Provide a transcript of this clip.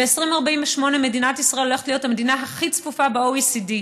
ב-2048 מדינת ישראל הולכת להיות המדינה הכי צפופה ב-OECD,